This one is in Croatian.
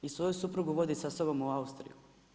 I svoju suprugu vodi sa sobom u Austriju.